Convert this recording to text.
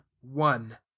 one